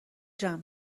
جمع